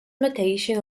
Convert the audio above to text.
mutations